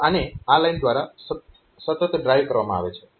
તો આને આ લાઇન દ્વારા સતત ડ્રાઈવ કરવામાં આવે છે